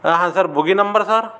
हा हां sir bogie number sir